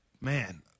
man